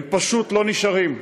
הם פשוט לא נשארים.